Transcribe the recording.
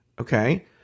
Okay